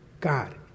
God